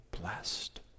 blessed